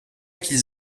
qu’ils